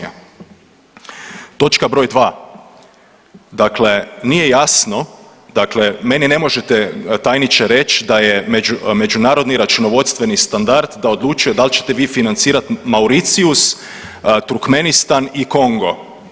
Točka broj dva, dakle nije jasno, dakle meni ne možete tajniče reći da je međunarodni računovodstveni standard da odlučuje da li ćete vi financirati Mauricijus, Turkmenistan i Kongo.